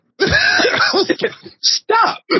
Stop